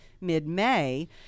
mid-May